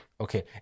Okay